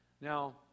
Now